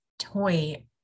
toy